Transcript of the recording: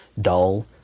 dull